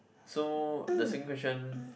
so the same question